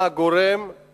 מה גורמות